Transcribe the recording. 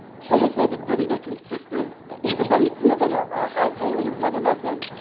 homophobic bullied at consistent even though he grew up in a household and his mother loved him,